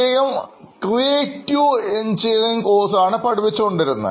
അദ്ദേഹം creative engineering course ആണ് പഠിപ്പിച്ചു കൊണ്ടിരുന്നത്